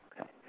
Okay